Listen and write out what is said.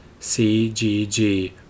CGG